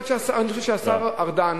אני חושב שהשר ארדן,